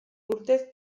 urtez